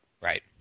Right